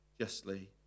justly